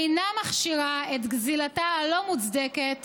אינה מכשירה את גזלתה הלא-מוצדקת